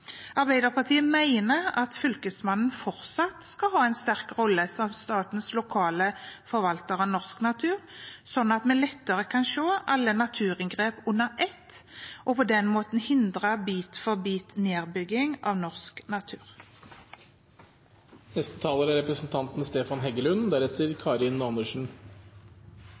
Arbeiderpartiet mener at Fylkesmannen fortsatt skal ha en sterk rolle som statens lokale forvalter av norsk natur, sånn at vi lettere kan se alle naturinngrep under ett, og på den måten hindre bit for bit-nedbygging av norsk natur. Naturvern er